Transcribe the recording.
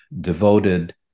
devoted